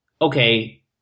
okay